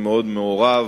מאוד מעורב.